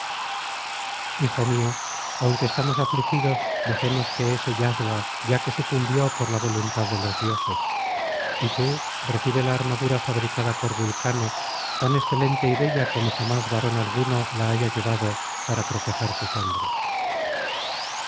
hijo mío aunque estamos afligidos dejemos que ese yazga ya que sucumbió por la voluntad de los dioses y tú recibe la armadura fabricada por vulcano tan excelente y bella como jamás varón alguno la haya llevado para proteger sus hombros